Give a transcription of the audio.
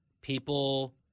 people